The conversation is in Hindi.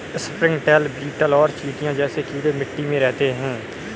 स्प्रिंगटेल, बीटल और चींटियां जैसे कीड़े मिट्टी में रहते हैं